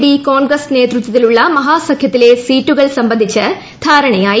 D Congress നേതൃത്വത്തിലുള്ള മഹാസഖൃത്തിലെ സീറ്റുകൾ സംബന്ധിച്ച് ധാരണയായി